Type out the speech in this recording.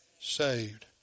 saved